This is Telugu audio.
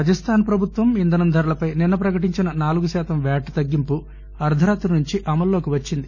రాజస్టాన్ ప్రభుత్వం ఇంధనం ధరలపై నిన్స ప్రకటించిన నాలుగు శాతం వ్యాట్ తగ్గింపు అర్గరాత్రి నుంచి అమల్లోకి వచ్చింది